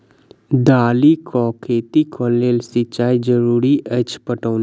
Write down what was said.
दालि केँ खेती केँ लेल सिंचाई जरूरी अछि पटौनी?